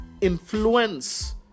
influence